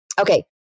okay